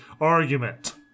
argument